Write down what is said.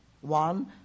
One